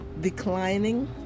declining